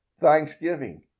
thanksgiving